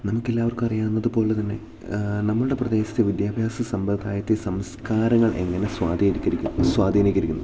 നമുക്കെല്ലാവർക്കും അറിയാവുന്നത് പോലെ തന്നെ നമ്മുടെ പ്രദേശത്തെ വിദ്യാഭ്യാസ സമ്പ്രദായത്തെ സംസ്കാരങ്ങൾ എങ്ങനെ സ്വാധീനികരിക്കുന്നു